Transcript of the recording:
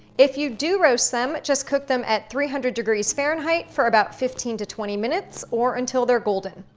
if you do roast them, just cook them at three hundred degrees fahrenheit for about fifteen to twenty minutes or until they're golden.